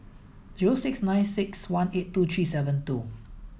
zero six nine six one eight two three seven two